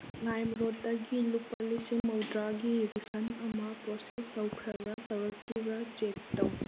ꯂꯥꯏꯝꯔꯣꯠꯇꯒꯤ ꯂꯨꯄꯥ ꯂꯤꯁꯤꯡ ꯃꯧꯗ꯭ꯔꯥꯒꯤ ꯔꯤꯐꯟ ꯑꯃ ꯄ꯭ꯔꯣꯁꯦꯁ ꯇꯧꯈ꯭ꯔꯕ꯭ꯔ ꯇꯧꯔꯛꯇ꯭ꯔꯤꯕ꯭ꯔ ꯆꯦꯛ ꯇꯧ